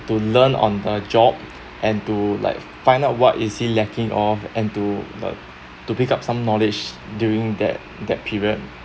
to learn on the job and to like find out what is he lacking of and to mm to pick up some knowledge during that that period